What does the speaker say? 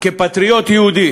כפטריוט יהודי